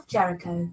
Jericho